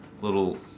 little